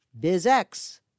BizX